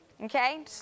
Okay